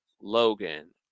logan